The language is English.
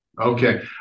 okay